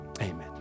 Amen